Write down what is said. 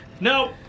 no